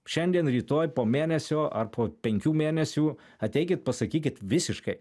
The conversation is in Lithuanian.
šiandien rytoj po mėnesio ar po penkių mėnesių ateikit pasakykit visiškai